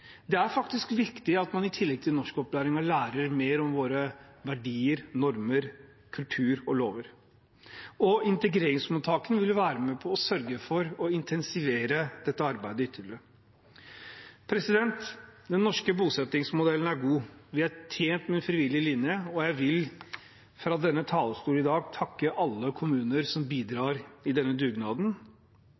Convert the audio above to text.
Det er faktisk viktig at man i tillegg til norskopplæring lærer mer om våre verdier, normer, kultur og lover. Integreringsmottakene vil være med og sørge for å intensivere dette arbeidet ytterligere. Den norske bosettingsmodellen er god. Vi er tjent med en frivillig linje, og jeg vil fra denne talerstol i dag takke alle kommuner som bidrar i denne dugnaden.